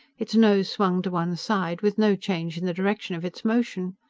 its nose swung to one side, with no change in the direction of its motion.